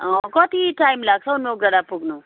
कति टाइम लाग्छ हो नोकडाँडा पुग्नु